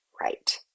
right